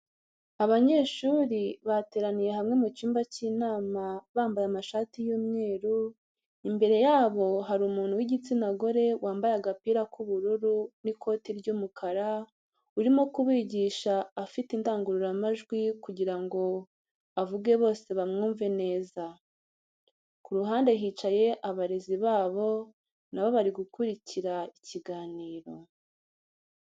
Abanyeshuri bateraniye hamwe mu cyumba cy'inama bambaye amashati y'umweru, imbere yabo hari umuntu w'igitsina gore wambaye agapira k'ubururu n'ikoti ry'umukara, urimo kubigisha afite indangururamajwi kugira ngo avuge bose bamwumve neza. Ku ruhande hicaye abarezi babo na bo bari gukurikira ikiganiro.